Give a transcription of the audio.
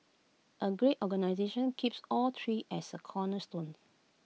A great organisation keeps all three as cornerstones